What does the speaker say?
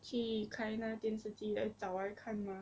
去开那电视机来找来看 mah